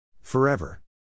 Forever